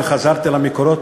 וחזרתי למקורות,